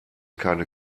keine